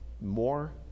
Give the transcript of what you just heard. more